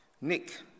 Nick